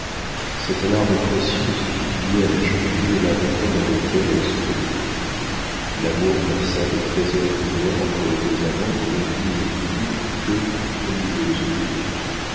cette larme précieuse fit oublier à la jeune fille l'abandon dans lequel elle se trouvait l'amour versa des trésors de lumière entre les deux amants qui ne virent plus qu'eux au milieu de ce tumulte